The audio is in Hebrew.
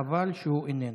חבל שהוא איננו.